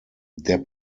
der